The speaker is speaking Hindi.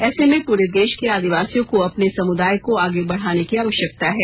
ऐसे में पूरे देश के आदिवासियों को अपने समुदाय को आगे बढ़ाने की आवश्यकता है